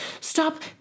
Stop